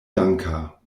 danka